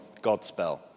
Godspell